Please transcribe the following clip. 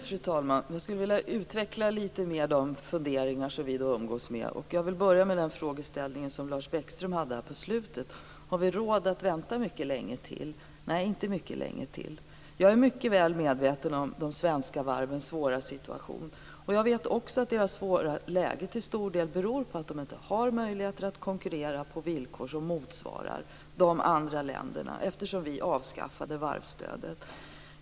Fru talman! Jag skulle vilja utveckla de funderingar som vi umgås med lite mer. Jag vill börja med den frågeställning som Lars Bäckström tog upp på slutet. Har vi råd att vänta länge till? Nej, inte länge till. Jag är mycket väl medveten om de svenska varvens svåra situation. Jag vet också att deras svåra läge till stor del beror på att de inte har möjligheter att konkurrera på villkor som motsvarar de som finns i andra länder, eftersom vi avskaffade varvsstödet.